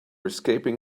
escaping